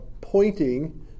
pointing